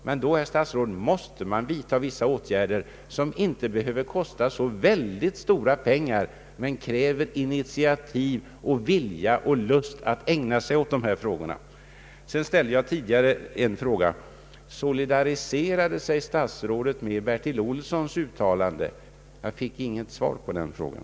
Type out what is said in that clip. Men, herr statsråd, då måste man vidta vissa åtgärder, som inte behöver kosta så väldigt stora pengar men som kräver initiativ, vilja och lust att ägna sig åt dessa frågor. Jag ställde tidigare frågan: Solidariserar sig statsrådet med Bertil Olssons uttalande? Jag fick inget svar på den frågan.